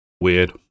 Weird